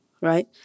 right